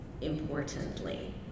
importantly